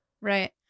Right